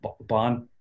Bond